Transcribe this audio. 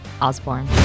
Osborne